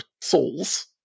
souls